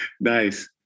Nice